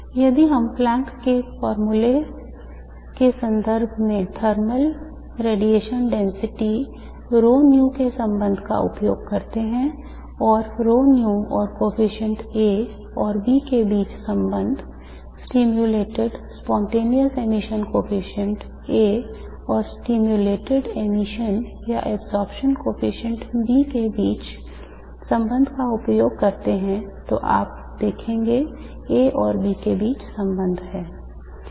यदि हम प्लांक के सूत्र के संदर्भ में थर्मल radiation density ρν के संबंध का उपयोग करते हैं और ρν और coefficients A और B के बीच संबंध stimulated spontaneous emission coefficient A और stimulated emission या absorption coefficient B के बीच संबंध का उपयोग करते हैं तो आप देखिए A और B के बीच संबंध है